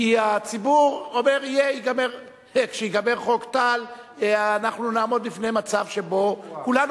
כי הציבור אומר: כשייגמר חוק טל נעמוד בפני מצב שבו כולנו,